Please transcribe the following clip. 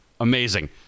Amazing